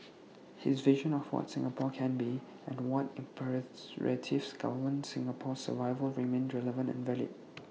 his vision of what Singapore can be and what imperatives govern Singapore's survival remain relevant and valid